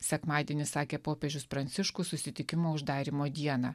sekmadienį sakė popiežius pranciškus susitikimo uždarymo dieną